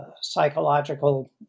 psychological